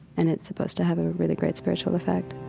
and it's supposed to have a really great spiritual effect